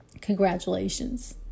Congratulations